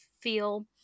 feel